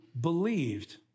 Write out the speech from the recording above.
believed